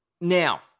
Now